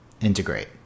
integrate